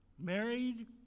Married